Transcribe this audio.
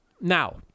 Now